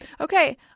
Okay